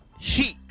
chic